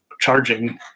charging